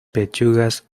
pechugas